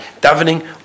davening